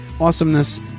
awesomeness